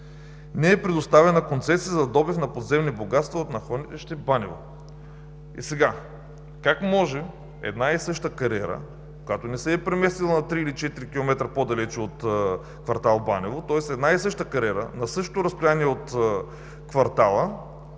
не е предоставена концесия за добив на подземни богатства от находище „Банево“.“ Как може една и съща кариера, която не се е преместила на 3 или 4 км по-далеч от кв. „Банево“, тоест една и съща кариера, на същото разстояние от квартала,